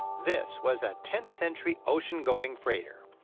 this was a tenth century ocean-going freighter.